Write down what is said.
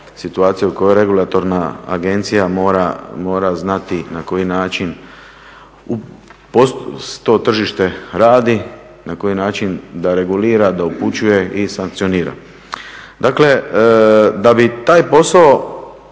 situacija u kojoj regulatorna agencija mora znati na koji način to tržište radi, na koji način da regulira, da upućuje i sankcionira. Dakle, da bi taj posao